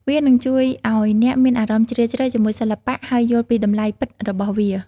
វានឹងជួយឱ្យអ្នកមានអារម្មណ៍ជ្រាលជ្រៅជាមួយសិល្បៈ ហើយយល់ពីតម្លៃពិតរបស់វា។